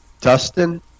Dustin